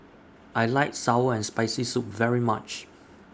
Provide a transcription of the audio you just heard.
I like Sour and Spicy Soup very much